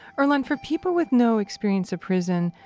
earlonne, for people with no experience of prison,